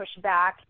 pushback